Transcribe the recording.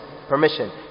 permission